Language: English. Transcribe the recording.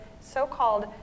so-called